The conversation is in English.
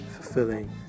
fulfilling